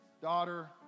daughter